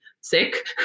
sick